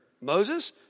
Moses